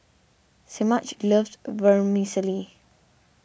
Semaj loves Vermicelli